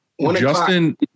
Justin